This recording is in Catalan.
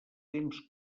temps